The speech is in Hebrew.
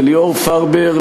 לליאור פרבר,